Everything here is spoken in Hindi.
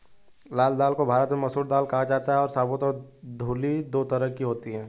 लाल दाल को भारत में मसूर दाल कहा जाता है और साबूत और धुली दो तरह की होती है